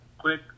quick